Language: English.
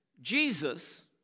Jesus